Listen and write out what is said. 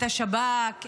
את השב"כ,